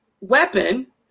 weapon